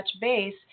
base